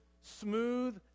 smooth